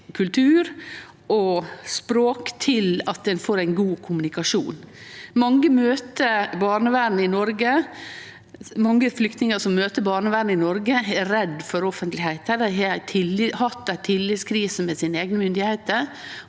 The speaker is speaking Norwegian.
og språk til at ein får ein god kommunikasjon. Mange flyktningar som møter barnevernet i Noreg, er redde for offentlegheita. Dei har hatt ei tillitskrise overfor sine eigne myndigheiter,